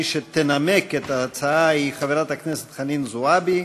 מי שתנמק את ההצעה היא חברת חנין זועבי,